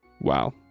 Wow